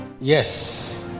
Yes